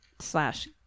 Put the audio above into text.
Slash